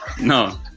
No